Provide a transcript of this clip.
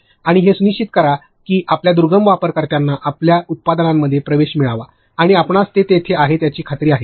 आणि हे सुनिश्चित करा की आपल्या दुर्गम वापरकरत्यांना आपल्या उत्पादनांमध्ये प्रवेश मिळवा आणि आपणास ते तेथे आहेत याची खात्री आहे